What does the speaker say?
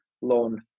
loan